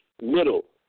middle